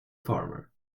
farmer